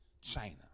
China